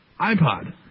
iPod